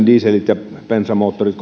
dieselit ja bensamoottorit